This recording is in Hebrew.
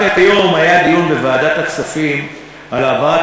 רק היום היה דיון בוועדת הכספים על העברת